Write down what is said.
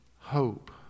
hope